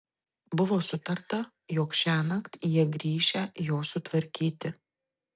buvo sutarta jog šiąnakt jie grįšią jo sutvarkyti